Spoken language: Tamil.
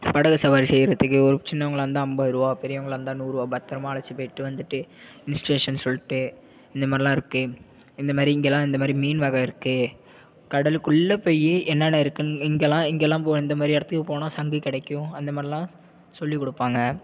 படகு சவாரி செய்கிறதுக்கு ஒரு சின்னவங்களாக இருந்தால் ஐம்பது ருபா பெரியவங்களா இருந்தா நூறுரூவா பத்திரமா அழைச்சிட்டு போயிட்டு வந்துட்டு ஹில்ஸ்டேஷன்னு சொல்லிட்டு இந்த மாதிரிலாம் இருக்குது இந்தமாதிரி இங்கேலாம் இந்தமாதிரி மீன் வகை இருக்குது கடலுக்குள்ளே போய் என்னெனான்னா இருக்குன்னு இங்கேலாம் இங்கேலாம் போ இந்தமாதிரி இடத்துக்கு போனால் சங்கு கிடைக்கும் அந்த மாதிரிலாம் சொல்லிக்கொடுப்பாங்க